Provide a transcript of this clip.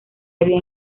había